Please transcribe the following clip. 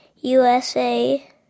USA